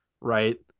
right